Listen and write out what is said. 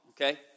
okay